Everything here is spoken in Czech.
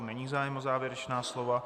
Není zájem o závěrečná slova.